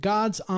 God's